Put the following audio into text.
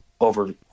over